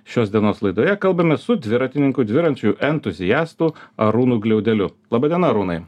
šios dienos laidoje kalbamės su dviratininkų dviračių entuziastu arūnu gliaudeliu laba diena arūnai